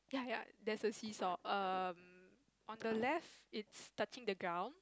ya ya there's a seesaw um on the left it's touching the ground